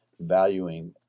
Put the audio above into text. valuing